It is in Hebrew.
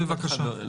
בבקשה.